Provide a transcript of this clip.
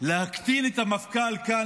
להקטין את המפכ"ל כאן,